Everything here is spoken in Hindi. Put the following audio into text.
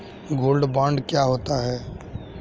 गोल्ड बॉन्ड क्या होता है?